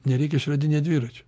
nereikia išradinėt dviračio